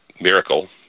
miracle